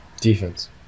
Defense